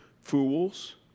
fools